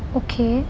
okay